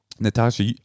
Natasha